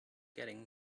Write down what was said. getting